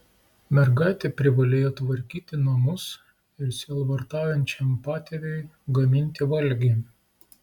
mergaitė privalėjo tvarkyti namus ir sielvartaujančiam patėviui gaminti valgį